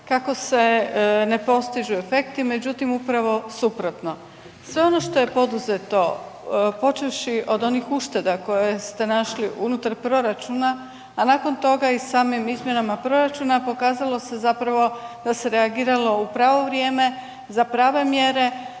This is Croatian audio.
kako se ne postižu efekti, međutim upravo suprotno. Sve ono što je poduzeto počevši od onih ušteda koje ste našli unutar proračuna, a nakon toga i samim izmjenama proračuna pokazalo se da se reagiralo u pravo vrijeme, za prave mjere.